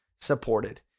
supported